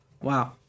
Wow